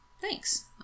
Thanks